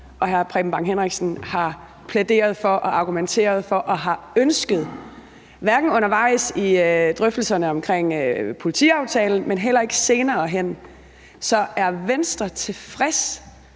og hr. Preben Bang Henriksen har plæderet for og argumenteret for og har ønsket, hverken undervejs i drøftelserne om politiaftalen eller senere hen. Så er Venstre tilfreds